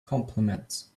compliments